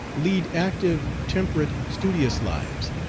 lead active, temperate, studious lives,